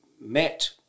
met